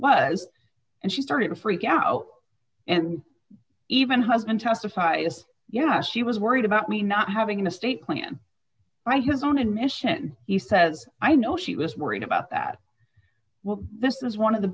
was and she started to freak out and even husband testifies yes she was worried about me not having the state plan right his own admission he says i know she was worried about that well this is one of the